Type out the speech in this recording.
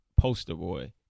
Posterboy